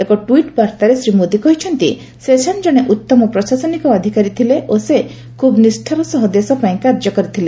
ଏକ ଟ୍ପିଟ୍ ବାର୍ତ୍ତାରେ ଶ୍ରୀ ମୋଦି କହିଛନ୍ତି ଶେଷାନ ଜଣେ ଉତ୍ତମ ପ୍ରଶାସନିକ ଅଧିକାରୀ ଥିଲେ ଓ ସେ ଖୁବ୍ ନିଷ୍ଠାର ସହ ଦେଶ ପାଇଁ କାର୍ଯ୍ୟ କରିଥିଲେ